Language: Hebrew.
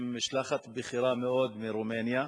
עם משלחת בכירה מאוד מרומניה,